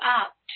up